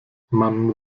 mann